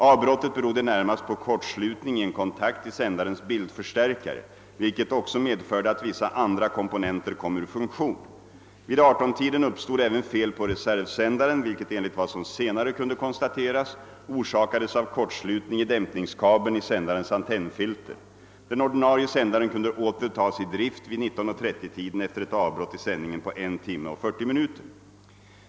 Avbrottet berodde närmast på kortslutning i en kontakt i sändarens bildförstärkare, vilket också medförde att vissa andra komponenter kom ur funktion. Vid 18-tiden uppstod även fel på reservsändaren, vilket — enligt vad som senare kunde konstateras — orsakades av kortslutning i dämpningskabeln i sändarens antennfilter. Den ordinarie sändaren kunde åter tas i drift vid 19.30-tiden efter ett avbrott i sändningen på 1 timme och 40 minuter.